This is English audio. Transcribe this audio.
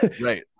Right